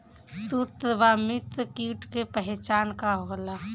सत्रु व मित्र कीट के पहचान का होला?